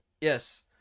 Yes